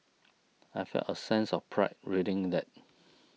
I felt a sense of pride reading that